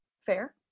fair